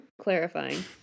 clarifying